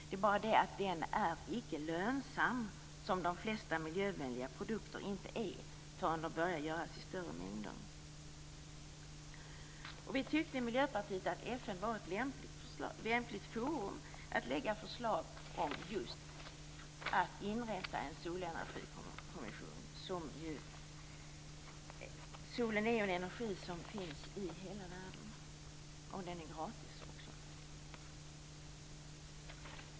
Det är bara det att den icke är lönsam, vilket de flesta miljövänliga produkter inte är förrän de börjar göras i större mängder. Vi tyckte i Miljöpartiet att FN var ett lämpligt forum när det gällde att lägga förslag om att inrätta en solenergikommission. Solen är ju en energi som finns i hela världen, och den är gratis.